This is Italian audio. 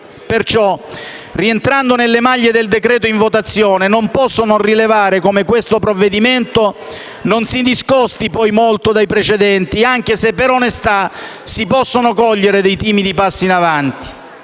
Perciò, rientrando nelle maglie del decreto-legge in votazione, non posso non rilevare come questo provvedimento non si discosti poi molto dai precedenti anche se, per onestà, si possono cogliere dei timidi passi in avanti,